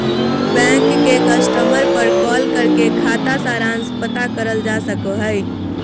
bank के customer पर call करके खाता सारांश पता करल जा सको हय